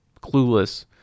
clueless